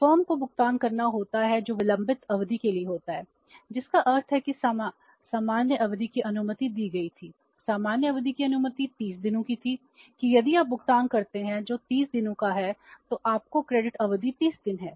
firm को भुगतान करना होता है जो विलंबित अवधि के लिए होता है जिसका अर्थ है कि सामान्य अवधि की अनुमति दी गई थी सामान्य अवधि की अनुमति 30 दिनों की थी कि यदि आप भुगतान करते हैं जो 30 दिनों का है तो आपको क्रेडिट अवधि 30 दिन है